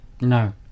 No